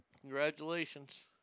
Congratulations